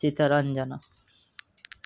Chittaranjan